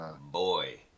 boy